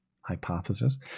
hypothesis